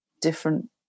different